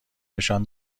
نشان